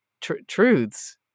truths